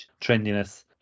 trendiness